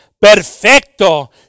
perfecto